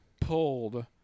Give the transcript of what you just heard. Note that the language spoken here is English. pulled